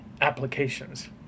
applications